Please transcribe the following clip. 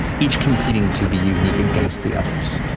each competing to be unique against the others,